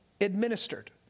administered